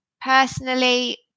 personally